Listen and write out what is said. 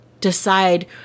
decide